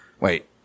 wait